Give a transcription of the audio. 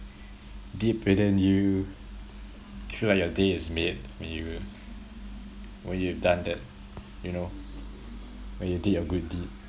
deep within you feel like your day is made when you when you've done that you know when you did a good deed